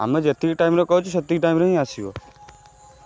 ଆମେ ଯେତିକି ଟାଇମ୍ରେ କହିଛୁ ସେତିକି ଟାଇମ୍ରେ ହିଁ ଆସିବ